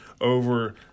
over